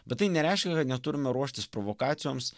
bet tai nereiškia kad neturime ruoštis provokacijoms